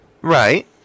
Right